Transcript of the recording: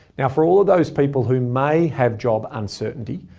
now for all of those people who may have job uncertainty,